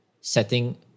setting